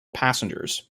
passengers